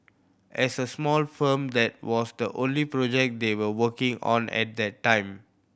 as a small firm that was the only project they were working on at that time